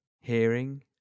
hearing